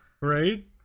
right